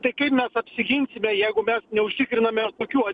tai kaip mes apsiginsime jeigu mes neužtikriname tokių